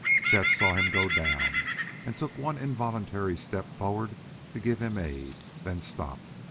chet saw him go down and took one involuntary step forward to give him aid then stopped,